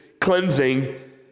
cleansing